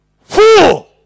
Fool